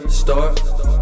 start